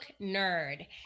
nerd